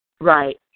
Right